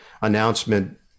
announcement